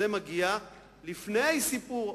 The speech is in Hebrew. זה מגיע לפני הסיפור,